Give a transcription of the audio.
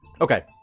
okay